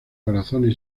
corazones